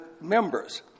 members